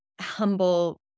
humble